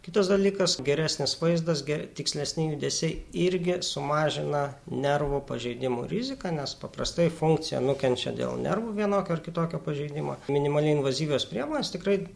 kitas dalykas geresnis vaizdas ge tikslesni judesiai irgi sumažina nervų pažeidimų riziką nes paprastai funkcija nukenčia dėl nervų vienokio ar kitokio pažeidimo minimaliai invazyvios priemonės tikrai